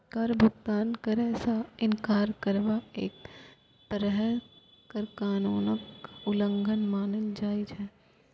कर भुगतान करै सं इनकार करब एक तरहें कर कानूनक उल्लंघन मानल जाइ छै